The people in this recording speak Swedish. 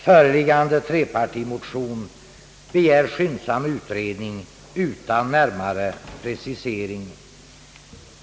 Föreliggande trepartimotion begär en skyndsam utredning utan närmare precisering.